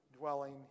dwelling